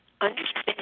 Understand